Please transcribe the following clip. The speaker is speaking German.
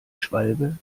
schwalbe